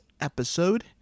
episode